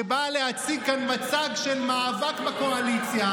שבאה להציג כאן מצג של מאבק בקואליציה,